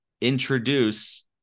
introduce